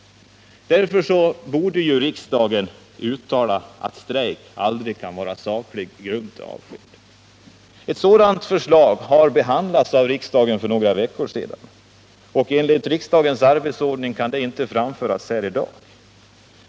Därför borde riksdagen uttala att strejk aldrig kan vara saklig grund för avsked. Ett sådant förslag behandlades av riksdagen för några veckor sedan, och enligt riksdagens arbetsordning kan det inte framföras här i dag.